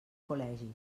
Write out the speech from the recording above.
col·legi